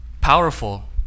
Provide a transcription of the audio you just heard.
powerful